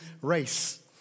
race